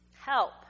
Help